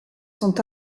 sont